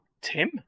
Tim